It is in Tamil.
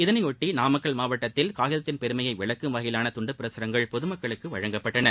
இதனையொட்டி நாமக்கல் மாவட்டத்தில் காகிதத்தின் பெருமையை விளக்கும் வகையிலான துண்டு பிரசரங்கள் பொதுமக்களுக்கு வழங்கப்பட்டன